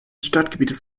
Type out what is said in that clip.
stadtgebiets